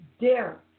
dare